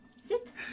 Sit